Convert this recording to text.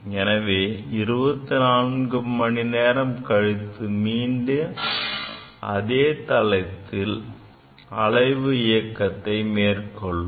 எனவே 24 மணி நேரம் கழித்து மீண்டும் அதே தளத்தில் அலைவு இயக்கத்தை மேற்கொள்ளும்